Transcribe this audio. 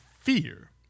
fear